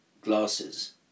glasses